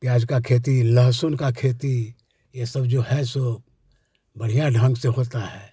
प्याज़ का खेती लहसुन का खेती ये सब जो है सो बढ़िया ढंग से होता है